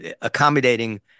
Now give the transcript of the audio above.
accommodating